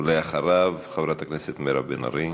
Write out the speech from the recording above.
ואחריו, חברת הכנסת מירב בן ארי.